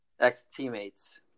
Ex-teammates